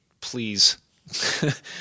please